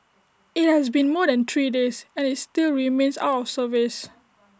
IT has been more than three days and is still remains out of service